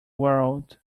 world